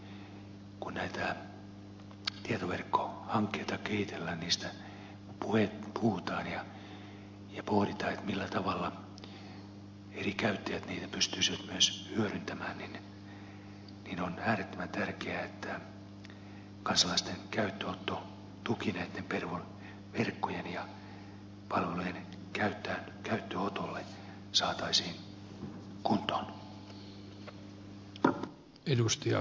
kun näitä tietoverkkohankkeita kehitellään niistä puhutaan ja pohditaan millä tavalla eri käyttäjät niitä pystyisivät myös hyödyntämään niin on äärettömän tärkeää että kansalaisten käyttöönottotuki näitten verkkojen ja palvelujen käyttöönotolle saataisiin kuntoon